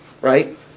Right